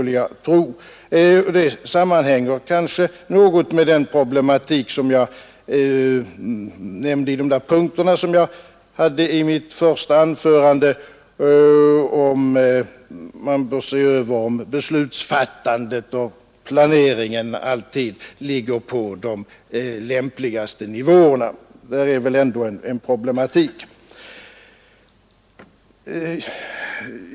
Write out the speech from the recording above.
Det sammanhänger kanske något med de punkter i mitt första anförande där jag berörde huruvida man bör se över om beslutsfattandet och planeringen alltid ligger på de lämpligaste nivåerna — där finns väl vissa problem.